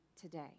today